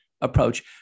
approach